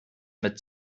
mit